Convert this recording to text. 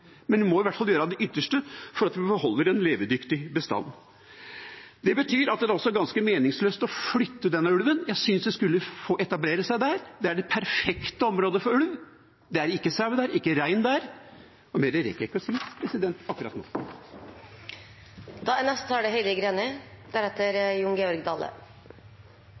Men vi må i hvert fall gjøre vårt ytterste for å beholde en levedyktig bestand. Det betyr at det er ganske meningsløst å flytte denne ulven. Jeg synes den skal få etablere seg der, det er det perfekte området for ulv. Det er ikke sau der, det er ikke rein der. Mer rekker jeg ikke å si akkurat nå. Det er